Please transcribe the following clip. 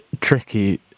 tricky